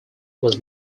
was